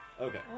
Okay